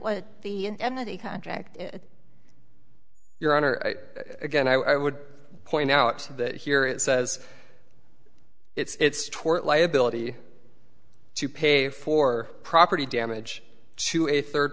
what the end of the contract your honor again i would point out that here it says it's tort liability to pay for property damage to a third